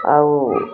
ଆଉ